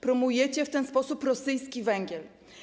Promujecie w ten sposób rosyjski węgiel.